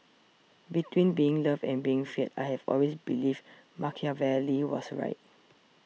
between being loved and being feared I have always believed Machiavelli was right